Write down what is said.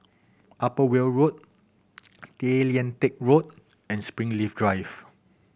Upper Weld Road Tay Lian Teck Road and Springleaf Drive